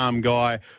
guy